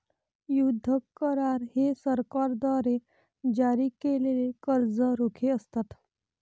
युद्ध करार हे सरकारद्वारे जारी केलेले कर्ज रोखे असतात